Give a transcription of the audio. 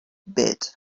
bit